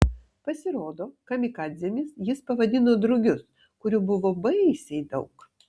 pasirodo kamikadzėmis jis pavadino drugius kurių buvo baisiai daug